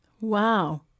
Wow